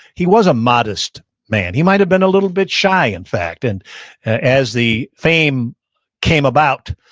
he was a modest man. he might have been a little bit shy, in fact. and as the fame came about,